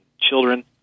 children